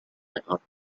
output